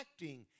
acting